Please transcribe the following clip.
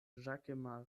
ĵakemaro